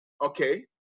okay